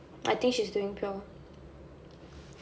I think she's doing pure